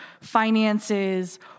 finances